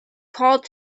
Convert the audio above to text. called